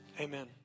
amen